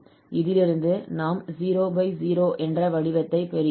இதிலிருந்து நாம் 00 என்ற வடிவதை பெறுகிறோம்